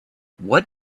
what